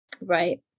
Right